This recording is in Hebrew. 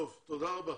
טוב, תודה רבה,